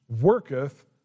worketh